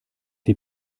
der